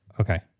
Okay